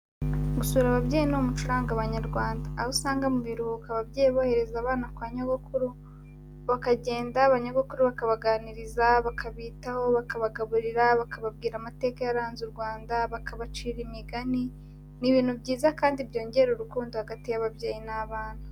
Gusura ababyeyi ni umuco uranga Abanyarwanda, aho usanga mu biruhuko ababyeyi bohereza abana kwa nyogokuru, bakagenda banyogokuru bakabaganiriza bakabitaho, bakabagaburira, bakababwira amateka yaranze u Rwanda, bakabacira imigani, ni ibintu byiza kandi byongera urukundo hagati y'ababyeyi n'abana.